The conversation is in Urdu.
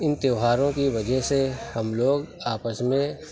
ان تیوہاروں کی وجہ سے ہم لوگ آپس میں